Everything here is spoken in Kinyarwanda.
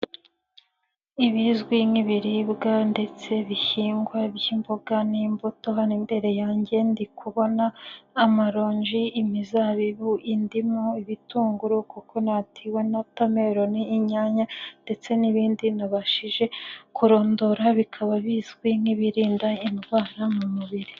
Ibizwi nk'ibiribwa ndetse bihingwa by'imboga n'imbuto hano imbere yanjye, ndi kubona amaronji, imizabibu, indimu, ibitunguru, kokonati na wotameloni, inyanya ndetse n'ibindi ntabashije kurondora, bikaba bizwi nk'ibirinda indwara mu mubiri.